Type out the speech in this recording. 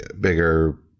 bigger